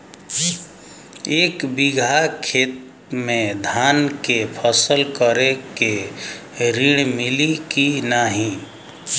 एक बिघा खेत मे धान के फसल करे के ऋण मिली की नाही?